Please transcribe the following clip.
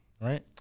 right